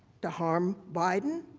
to harm biden,